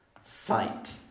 sight